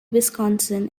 wisconsin